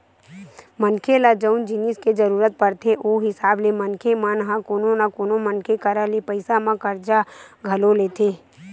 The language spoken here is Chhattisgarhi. मनखे ल जउन जिनिस के जरुरत पड़थे ओ हिसाब ले मनखे मन ह कोनो न कोनो मनखे करा ले पइसा म करजा घलो लेथे